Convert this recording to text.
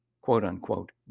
quote-unquote